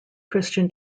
christian